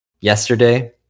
Yesterday